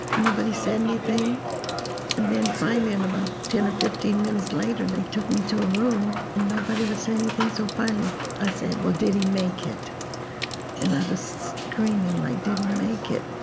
nobody said anything and then find me in about ten or fifteen minutes later. they took me to a room and nobody would say anything so finally i said well did he make it and i was screaming like did he make it?